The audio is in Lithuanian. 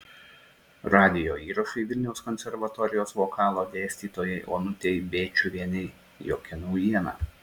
radijo įrašai vilniaus konservatorijos vokalo dėstytojai onutei bėčiuvienei jokia naujiena